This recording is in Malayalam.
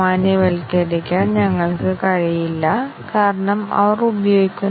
മാത്രമല്ല ഏത് പ്രസ്താവനകൾ നടപ്പാക്കിയിട്ടില്ലെന്നും ഇത് കാണിക്കുന്നു